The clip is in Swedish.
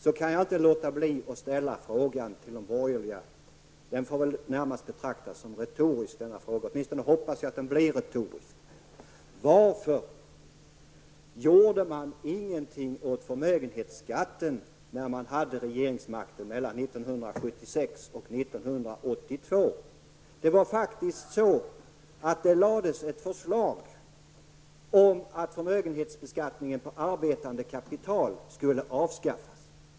Jag kan inte underlåta att ställa en fråga till de borgerliga partierna, en fråga som jag hoppas blir retorisk. Varför gjorde ni ingenting åt förmögenhetsskatten när ni hade regeringsmakten mellan 1976 och 1982? Det framlades faktiskt ett förslag av den s.k. företagsskattekommittén om att förmögenhetsbeskattningen på arbetande kapital skulle avskaffas.